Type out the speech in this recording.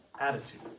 attitude